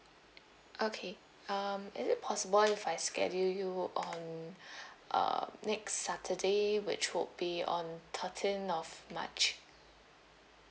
okay um is it possible if I schedule you on uh next saturday which would be on thirteen of march